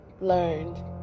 learned